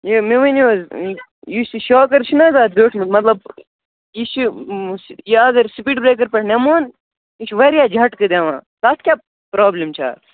یہِ مےٚ ؤنِو حظ یُس یہِ شاکَر چھُنہٕ حظ اَتھ بیٛوٗٹھمُت مطلب یہِ چھُ یہِ اَگر سُپیٖڈ برٛیکَر پٮ۪ٹھ نِمہون یہِ چھُ واریاہ جَٹکہٕ دِوان تَتھ کیٛاہ پرٛابلِم چھِ اَتھ